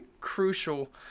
crucial